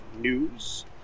news